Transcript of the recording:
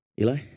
Eli